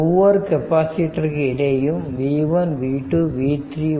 ஒவ்வொரு கெப்பாசிட்டிருக்கு இடையேயும் v1 v2 v3